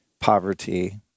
poverty